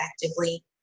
effectively